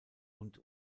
und